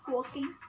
Walking